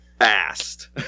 fast